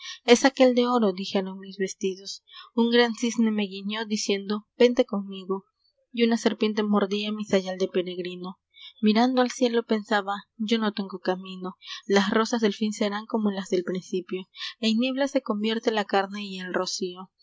es aquel de oro dijeron mis vestidos un gran cisne me guiñó diciendo vente conmigo y una serpiente mordía mi sayal de peregrino mirando al cielo pensaba yo no tengo camino las rosas del fin serán como las del principio en niebla se convierte la carne y el rocío